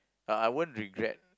but I won't regret